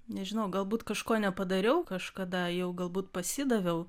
nežinau galbūt kažko nepadariau kažkada jau galbūt pasidaviau